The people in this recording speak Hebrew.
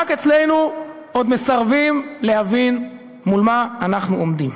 רק אצלנו עוד מסרבים להבין מול מה אנחנו עומדים.